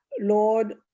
Lord